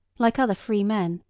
like other free men.